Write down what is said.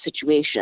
situation